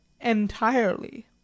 Entirely